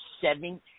seven